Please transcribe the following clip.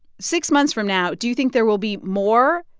six months from now, do you think there will be more,